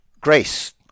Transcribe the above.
Grace